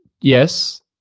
Yes